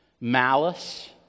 malice